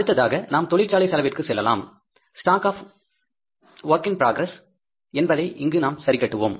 அடுத்ததாக நாம் தொழிற்சாலை செலவிற்கு செல்லலாம் stock of work in progress ஐ இங்கு நாம் சரிகட்டுவோம்